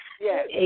Yes